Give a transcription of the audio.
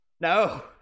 No